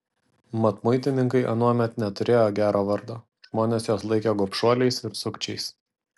mat muitininkai anuomet neturėjo gero vardo žmonės juos laikė gobšuoliais ir sukčiais